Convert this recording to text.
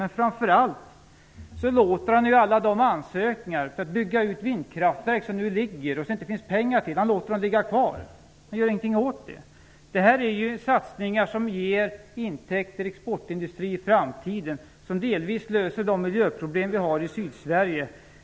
Ett exempel framför andra är de många ansökningar om att bygga ut vindkraftverk som nu är inlämnade men som det inte finns pengar till - dem låter han ligga kvar! Han gör ingenting åt dem. Det här är satsningar som ger intäkter i exportindustrin i framtiden och som delvis löser de miljöproblem vi har i Sydsverige.